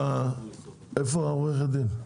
איפה עורכת הדין?